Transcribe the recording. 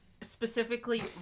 specifically